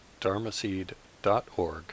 dharmaseed.org